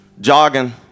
jogging